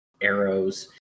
arrows